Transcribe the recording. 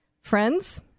Friends